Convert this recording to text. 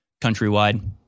countrywide